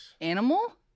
Animal